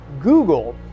Google